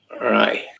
right